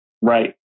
Right